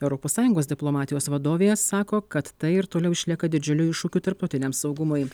europos sąjungos diplomatijos vadovė sako kad tai ir toliau išlieka didžiuliu iššūkiu tarptautiniam saugumui